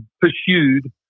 pursued